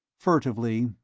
furtively,